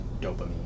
dopamine